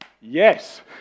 yes